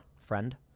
friend